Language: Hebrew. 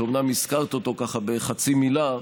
שאומנם הזכרת אותו בחצי מילה,